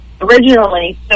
originally